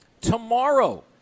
tomorrow